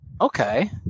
okay